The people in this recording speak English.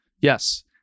Yes